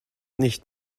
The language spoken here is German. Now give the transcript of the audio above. nicht